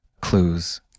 clues